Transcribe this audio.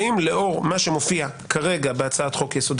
האם לאור מה שמופיע כרגע בהצעת חוק-יסוד: